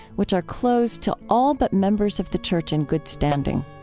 which are closed to all but members of the church in good standing.